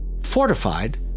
Fortified